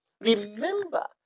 Remember